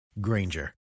Granger